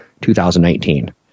2019